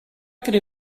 could